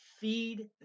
feed